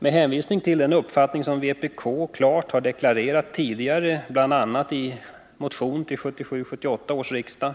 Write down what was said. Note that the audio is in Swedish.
Med hänvisning till den uppfattning som vpk tidigare klart har deklarerat, bl.a. i en motion till 1977/78 års riksmöte,